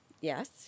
yes